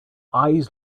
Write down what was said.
eyes